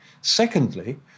Secondly